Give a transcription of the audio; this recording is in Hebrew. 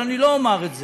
אבל אני לא אומר את זה,